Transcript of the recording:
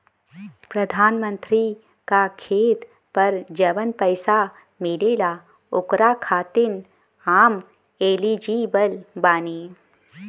प्रधानमंत्री का खेत पर जवन पैसा मिलेगा ओकरा खातिन आम एलिजिबल बानी?